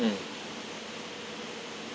mm